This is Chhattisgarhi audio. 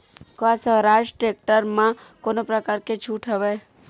का स्वराज टेक्टर म कोनो प्रकार के छूट हवय?